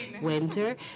winter